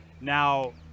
Now